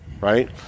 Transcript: right